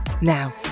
now